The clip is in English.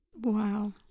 wow